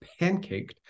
pancaked